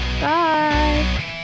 bye